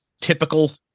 typical